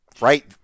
right